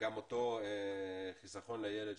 וגם אותו חיסכון לילד,